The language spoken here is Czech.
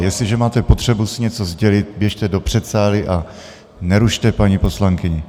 Jestliže máte potřebu si něco sdělit, běžte do předsálí a nerušte paní poslankyni.